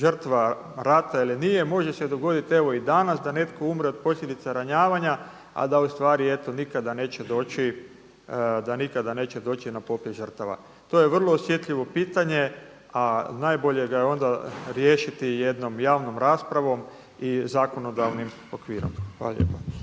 žrtva rata ili nije. I može se dogoditi evo i danas da netko umre od posljedica ranjavanja a da ustvari eto nikada neće doći, da nikada neće doći na popis žrtava. To je vrlo osjetljivo pitanje a najbolje ga je onda riješiti jednom javnom raspravom i zakonodavnim okvirom. Hvala lijepa.